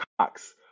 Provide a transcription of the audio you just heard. Cox